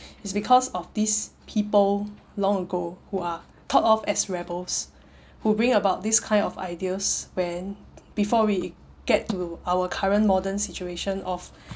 it's because of these people long ago who are thought of as rebels who bring about these kind of ideas when before we get to our current modern situation of